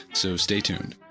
so, stay tuned.